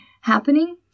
happening